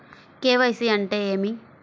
KYC అంటే ఏమి?